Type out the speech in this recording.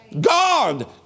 God